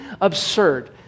absurd